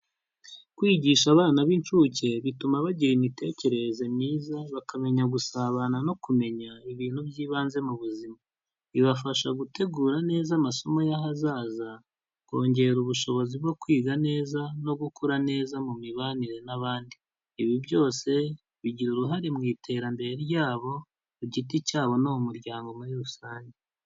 Kwigisha abana b'inshuke, bituma bagira imitekerereze myiza, bakamenya gusabana no kumenya ibintu by'ibanze mu buzima, bibafasha gutegura neza amasomo y'ahazaza, kongera ubushobozi bwo kwiga neza no gukura neza mu mibanire n'abandi, ibi byose bigira uruhare mu iterambere ryabo ku giti cyabo no mu muryango muri rusange.